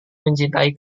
mencintai